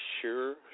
Sure